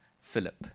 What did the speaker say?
Philip